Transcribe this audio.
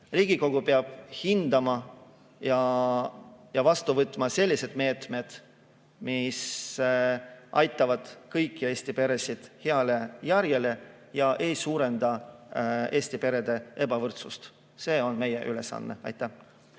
Riigikogu peab hindama ja vastu võtma sellised meetmed, mis aitavad kõiki Eesti peresid heale järjele ega suurenda Eesti perede ebavõrdsust. See on meie ülesanne. Aitäh!